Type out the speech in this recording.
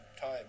time